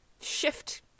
shift